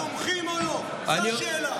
אתם תומכים או לא, זו השאלה.